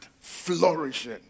flourishing